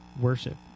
worship